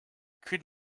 could